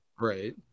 Right